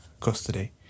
custody